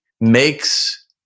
makes